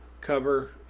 cover